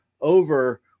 over